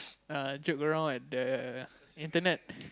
err joke around at the internet